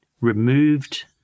removed